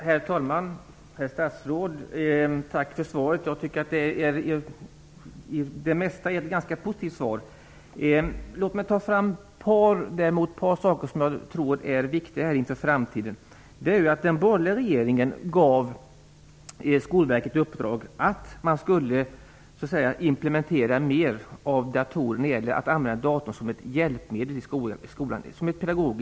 Herr talman! Herr statsråd! Tack för svaret. Jag tycker att det i det mesta är ett ganska positivt svar. Låt mig ta fram ett par saker som jag tror är viktiga inför framtiden. Den borgerliga regeringen gav Skolverket i uppdrag att implementera mer datorer som ett pedagogiskt hjälpmedel i skolan.